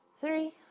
three